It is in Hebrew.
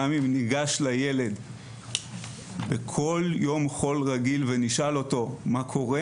גם אם ניגש לילד בכל יום חול רגיל ונשאל אותו מה קורה?